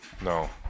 No